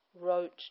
wrote